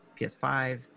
PS5